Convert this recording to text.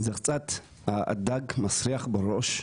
זה קצת "הדג מסריח מהראש",